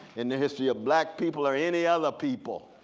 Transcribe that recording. in the history of black people or any other people,